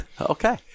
Okay